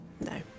No